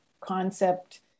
concept